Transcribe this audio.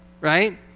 right